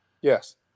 yes